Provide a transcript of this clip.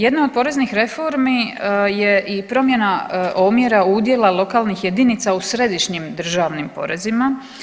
Jedna od poreznih reformi je i promjena omjera udjela lokalnih jedinica u središnjim državnim porezima.